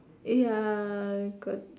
ya got